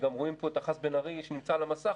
כשגם רואים פה את אחז בן-ארי שנמצא על המסך,